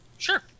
Sure